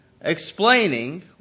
explaining